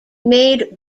made